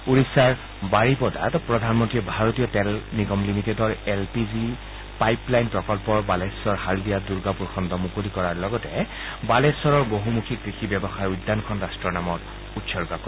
ওড়িশাৰ বড়িপাদাত প্ৰধানমন্ত্ৰীয়ে ভাৰতীয় তেল নিগম লিমিটেডৰ L P G pipeline প্ৰকল্পৰ বালেশ্বৰ হালদিয়া দুৰ্গাপুৰ খণ্ড মুকলি কৰাৰ লগতে বালেশ্বৰৰ বহুমুখী কৃষি ব্যৱসায় উদ্যানখন ৰট্টৰ নামত উৎসৰ্গা কৰিব